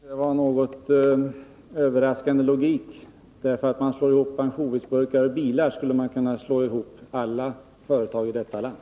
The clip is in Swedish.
Herr talman! Jag tycker detta var en något överraskande logik. Bara för att man slår ihop produktionen av ansjovisburkar och bilar skulle man kunna slå ihop alla företag i detta land.